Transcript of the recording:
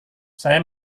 saya